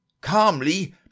calmly